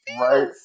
Right